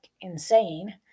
insane